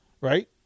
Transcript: right